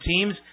teams